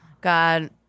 God